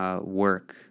work